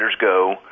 go